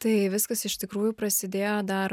tai viskas iš tikrųjų prasidėjo dar